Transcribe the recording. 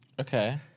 Okay